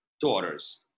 daughters